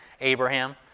Abraham